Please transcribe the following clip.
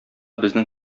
безнең